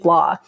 Law